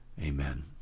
Amen